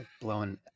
blowing